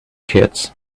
kids